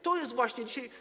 Tak jest właśnie dzisiaj.